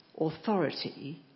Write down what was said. Authority